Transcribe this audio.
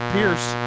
Pierce